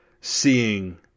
seeing